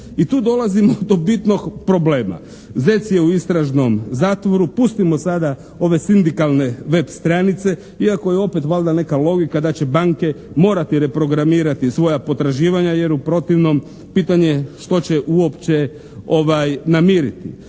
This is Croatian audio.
I tu dolazimo do bitnog problema. Zec je u istražnom zatvoru, pustimo sada ove sindikalne web stranice iako je opet valjda neka logika da će banke morati reprogramirati svoja potraživanja jer u protivnom pitanje što će uopće namiriti.